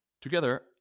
Together